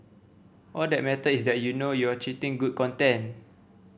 all that matter is that you know you're creating good content